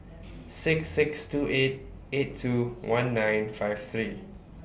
six six two eight eight two one nine five three